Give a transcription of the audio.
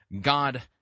God